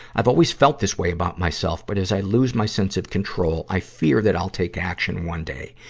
i've always felt this way about myself, but as i lose my sense of control, i fear that i'll take action one day.